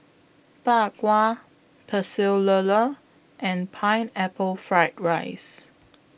Bak Kwa Pecel Lele and Pineapple Fried Rice